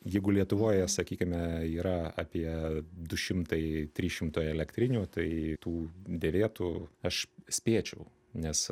jeigu lietuvoje sakykime yra apie du šimtai trys šimtai elektrinių tai tų derėtų aš spėčiau nes